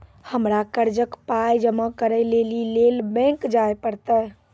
हमरा कर्जक पाय जमा करै लेली लेल बैंक जाए परतै?